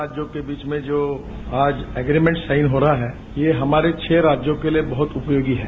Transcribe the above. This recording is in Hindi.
राज्यों के बीच में आज जो एग्रीमेंट साइन हो रहा है ये हमारे छह राज्यों के लिए बहुत उपयोगी है